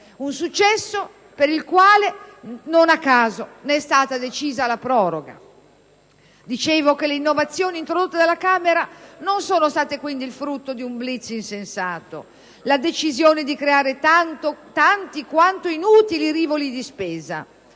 Un successo per il quale, non a caso, ne è stata decisa la proroga. Come dicevo, le innovazioni introdotte dalla Camera non sono state quindi il frutto di un *blitz* insensato, la decisione di creare tanti, quanto inutili, rivoli di spesa.